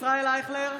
ישראל אייכלר,